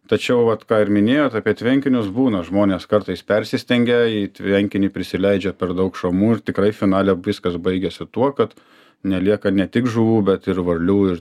tačiau vat ką ir minėjot apie tvenkinius būna žmonės kartais persistengia į tvenkinį prisileidžia per daug šamų ir tikrai finale viskas baigiasi tuo kad nelieka ne tik žuvų bet ir varlių ir